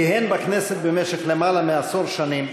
כיהן בכנסת יותר מעשר שנים,